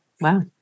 Wow